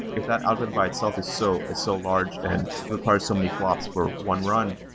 if that algorithm by itself is so so large and requires so many flops for one run,